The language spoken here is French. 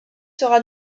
sera